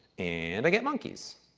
and i get monkeys.